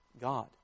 God